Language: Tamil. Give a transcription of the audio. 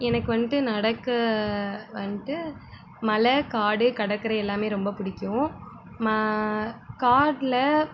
எனக்கு வந்துட்டு நடக்க வந்துட்டு மலை காடு கடற்கரை எல்லாமே ரொம்ப பிடிக்கும் காட்டில்